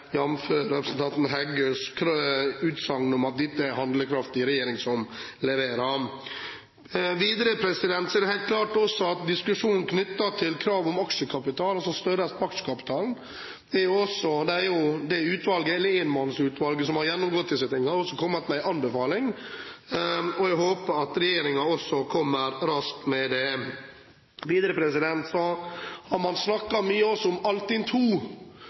jf. representanten Heggøs utsagn om at dette er en handlekraftig regjering som leverer. Videre er det også helt klart en diskusjon knyttet til krav om aksjekapital, altså størrelsen på aksjekapitalen og det enmannsutvalget som har gjennomgått disse tingene, og som har kommet med en anbefaling. Jeg håper at regjeringen også kommer raskt med det. Videre har man snakket mye om